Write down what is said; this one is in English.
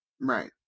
Right